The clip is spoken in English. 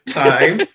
time